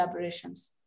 collaborations